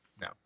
No